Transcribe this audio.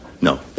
No